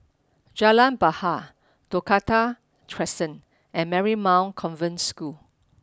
Jalan Bahar Dakota Crescent and Marymount Convent School